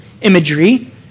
imagery